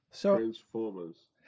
Transformers